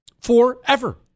Forever